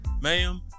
ma'am